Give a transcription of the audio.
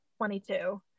22